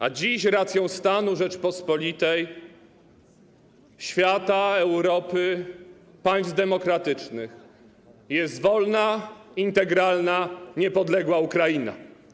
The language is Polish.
A dziś racją stanu Rzeczypospolitej, świata, Europy, państw demokratycznych jest wolna, integralna, niepodległa Ukraina.